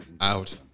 out